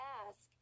ask